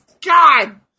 God